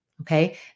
Okay